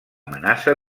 amenaça